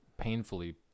painfully